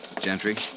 Gentry